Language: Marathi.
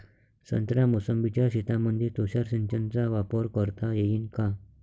संत्रा मोसंबीच्या शेतामंदी तुषार सिंचनचा वापर करता येईन का?